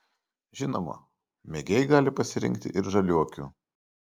žinoma mėgėjai gali pasirinkti ir žaliuokių